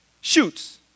shoots